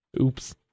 Oops